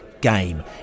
game